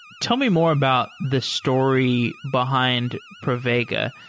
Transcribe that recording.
tell me more about the story behind pravega.